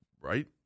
right